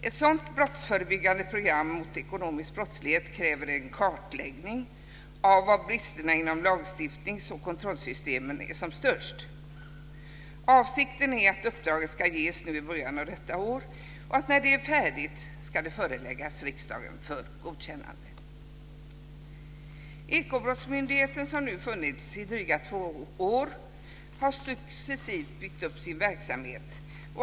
Ett sådant brottsförebyggande program mot ekonomisk brottslighet kräver en kartläggning av var bristerna inom lagstiftnings och kontrollsystemen är som störst. Avsikten är att uppdraget ska ges nu i början av detta år och att det när det är färdigt ska föreläggas riksdagen för godkännande. Ekobrottsmyndigheten, som nu har funnits i drygt två år, har successivt byggt upp sin verksamhet.